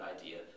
idea